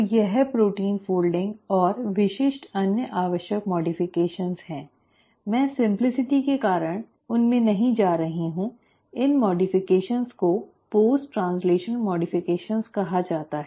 तो यह protein folding और विशिष्ट अन्य आवश्यक मॉडफ़केशन है मैं सिम्प्लिसटी के कारण उनमें नहीं जा रही हूं इन मॉडफ़केशन को पोस्ट ट्रैन्स्लैशन मॉडफ़केशन कहा जाता है